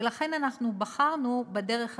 ולכן, אנחנו בחרנו בדרך הזו,